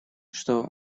что